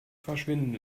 verschwinden